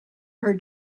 her